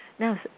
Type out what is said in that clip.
Now